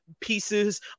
pieces